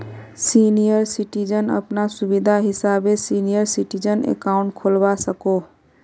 senior citizen अपना सुविधा हिसाबे सीनियर सिटीजन अकाउंट खोलवा सकोह